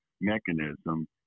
mechanism